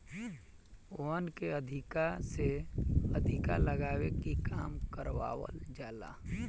वन के अधिका से अधिका लगावे के काम करवावल जाला